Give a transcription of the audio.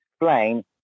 explain